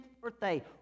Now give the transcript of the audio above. birthday